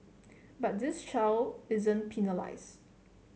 but this child isn't penalised